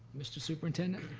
mr. superintendent?